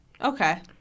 Okay